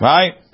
Right